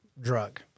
drug